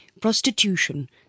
prostitution